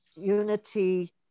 Unity